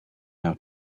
how